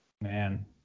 Man